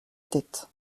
tête